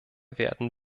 werden